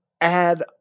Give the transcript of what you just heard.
add